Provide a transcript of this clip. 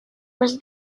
was